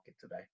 today